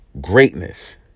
greatness